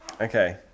Okay